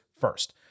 first